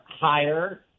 higher